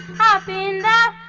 happy and